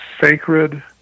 sacred